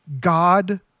God